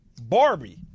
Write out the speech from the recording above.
Barbie